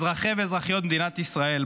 אזרחי ואזרחיות מדינת ישראל,